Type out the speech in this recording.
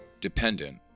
dependent